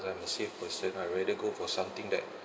I'm a safe person I rather go for something that